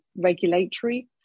regulatory